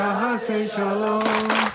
Shalom